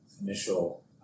initial